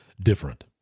different